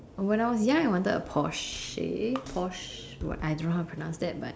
when I was young I wanted a porsche posh what I don't know how to pronounce that but